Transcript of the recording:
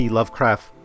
Lovecraft